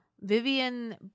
Vivian